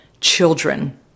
children